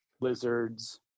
lizards